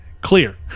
Clear